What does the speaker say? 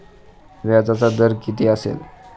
व्याजाचा दर किती असेल?